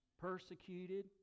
persecuted